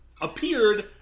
appeared